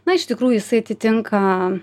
na iš tikrųjų jisai atitinka